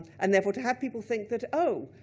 and therefore to have people think that, oh,